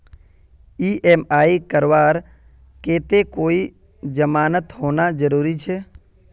EMI करवार केते कोई जमानत होना जरूरी छे?